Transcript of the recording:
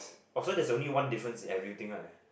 oh so there's only one difference in everything right